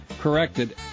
corrected